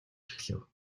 эхлэв